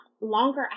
longer